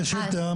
כן, שאילתה.